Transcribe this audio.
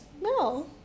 No